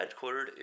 headquartered